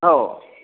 हो